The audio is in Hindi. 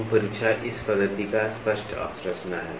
सूक्ष्म परीक्षा इस पद्धति का स्पष्ट आशुरचना है